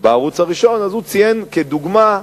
הוא ציין, כדוגמה,